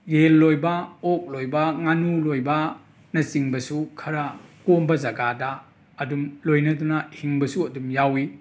ꯌꯦꯟ ꯂꯣꯏꯕ ꯑꯣꯛ ꯂꯣꯏꯕ ꯉꯥꯅꯨ ꯂꯣꯏꯕꯅꯆꯤꯡꯕꯁꯨ ꯈꯔ ꯀꯣꯝꯕ ꯖꯒꯥꯗ ꯑꯗꯨꯝ ꯂꯣꯏꯅꯗꯨꯅ ꯍꯤꯡꯕꯁꯨ ꯑꯗꯨꯝ ꯌꯥꯎꯋꯤ